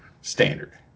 standard